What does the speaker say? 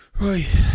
Right